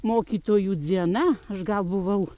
mokytojų dziena aš gal buvau